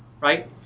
Right